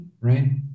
right